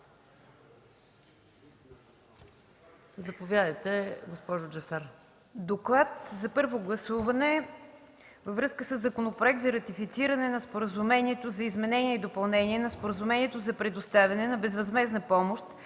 Заповядайте, госпожо Джафер.